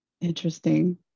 Interesting